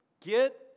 get